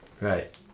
Right